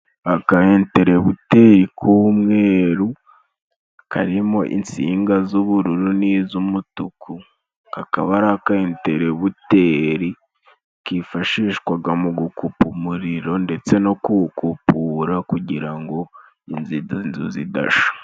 Aka enterebuteri k'umweru, karimo insinga z'ubururu n'iz'umutuku, kakaba ari aka interebuteri kifashishwaga mu gukupa umuriro, ndetse no kuwukupura kugira ngo inzu ida inzu zidasha.